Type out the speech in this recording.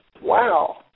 Wow